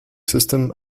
system